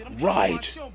right